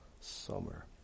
summer